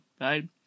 right